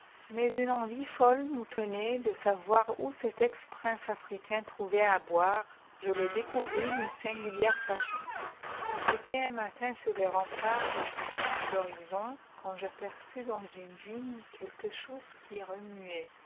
mais une envie folle nous tenait de savoir où cet ex prince africain trouvait à boire je le découvris d'une singulière façon j'étais un matin sur les remparts étudiant l'horizon quand j'aperçus dans une vigne quelque chose qui remuait